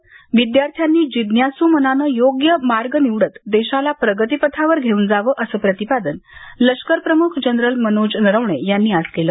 तर विद्यार्थ्यांनी जिज्ञासू मनाने योग्य मार्ग निवडत देशाला प्रगतीपथावर घेऊन जावं असं प्रतिपादन लष्कर प्रमुख जनरल मनोज नरवणे यांनी आज केलं